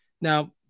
Now